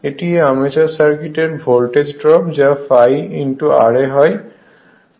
এটি আর্মেচার সার্কিটে voltage drop যা ∅ ra হয়